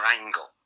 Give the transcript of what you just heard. angle